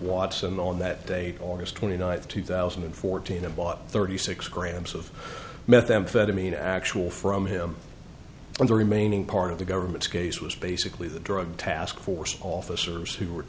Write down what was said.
watson on that date august twenty ninth two thousand and fourteen a bottle thirty six grams of methamphetamine actual from him and the remaining part of the government's case was basically the drug task force officers who were